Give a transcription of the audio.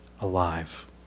alive